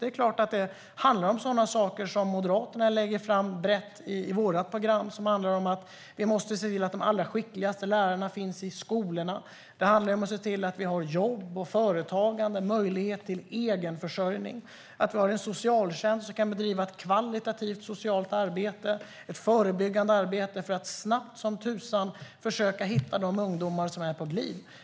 Det är klart att det handlar om sådant som Moderaterna lägger fram förslag om. Vi måste se till att de allra skickligaste lärarna finns i skolorna. Vi måste se till att det finns jobb, företagande och möjlighet till egenförsörjning. Vi måste ha en socialtjänst som kan bedriva ett kvalitativt socialt arbete, ett förebyggande arbete för att snabbt som tusan försöka att hitta de ungdomar som är på glid.